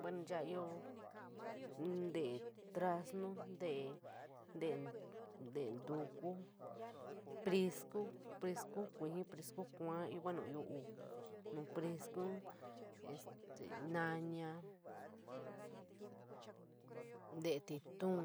Bueno, ya ioo tele, tele ñtasnu, tele, tele ñtuku, prisku, prisku koujii, prisku kounu, bueno ioo uu nu priskun, este ñtaña, tele ñtitoun,